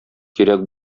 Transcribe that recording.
кирәк